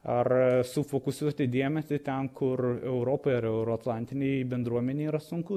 ar sufokusuoti dėmesį ten kur europai ar euroatlantinei bendruomenei yra sunku